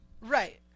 Right